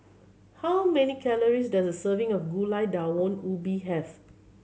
how many calories does a serving of Gulai Daun Ubi have